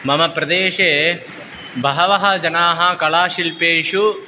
मम प्रदेशे बहवः जनाः कलाशिल्पेषु